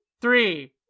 three